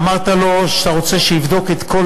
ואמרת לו שאתה רוצה שהוא יבדוק את כל